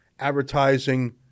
advertising